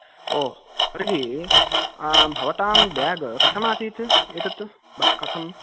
ओह् तर्हि भवतां बेग् कथमासीत् एतत् कथम्